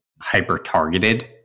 hyper-targeted